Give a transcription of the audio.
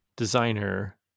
designer